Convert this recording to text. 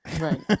Right